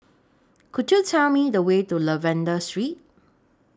Could YOU Tell Me The Way to Lavender Street